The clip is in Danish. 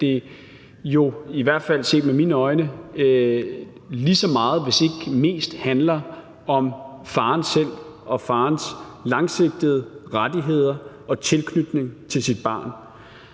at det, i hvert fald set med mine øjne, jo lige så meget, hvis ikke mest, handler om faren selv og farens langsigtede rettigheder og tilknytning til sit barn.